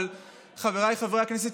אבל חבריי חברי הכנסת,